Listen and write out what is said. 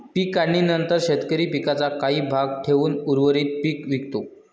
पीक काढणीनंतर शेतकरी पिकाचा काही भाग ठेवून उर्वरित पीक विकतो